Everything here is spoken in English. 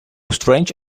strange